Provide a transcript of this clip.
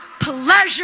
pleasure